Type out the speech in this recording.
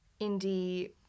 indie